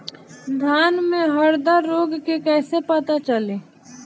धान में हरदा रोग के कैसे पता चली?